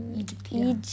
egypt yeah